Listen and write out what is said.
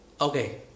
okay